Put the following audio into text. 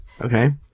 Okay